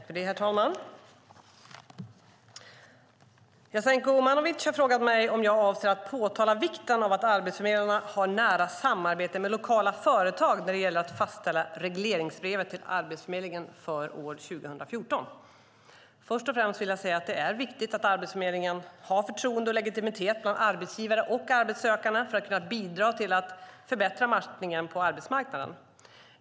Herr talman! Jasenko Omanovic har frågat mig om jag avser att påtala vikten av att arbetsförmedlarna har nära samarbete med lokala företag när det gäller att fastställa regleringsbrevet till Arbetsförmedlingen för år 2014. Först och främst vill jag säga att det är viktigt att Arbetsförmedlingen har förtroende och legitimitet bland arbetsgivare och arbetssökande för att kunna bidra till att förbättra matchningen på arbetsmarknaden.